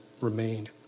remained